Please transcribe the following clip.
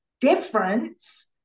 difference